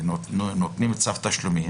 ונותנים צו תשלומים